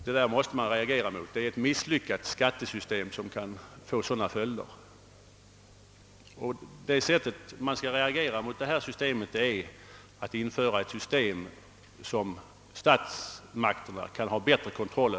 Det är ett misslyckat skattesystem, som kan få sådana följder, och man måste reagera häremot genom att införa ett system som ger statsmakterna möjlighet till bättre kontroll.